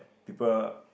people